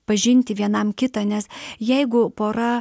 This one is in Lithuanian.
pažinti vienam kitą nes jeigu pora